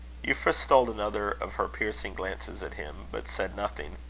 euphra stole another of her piercing glances at him, but said nothing.